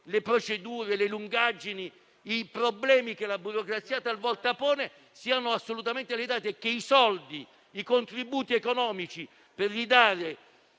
le procedure, le lungaggini, i problemi che la burocrazia talvolta pone siano assolutamente evitati e che i contributi economici per restituire